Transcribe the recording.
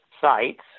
sites